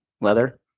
Leather